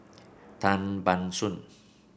Tan Ban Soon